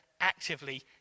actively